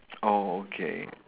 oh okay